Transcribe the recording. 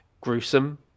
gruesome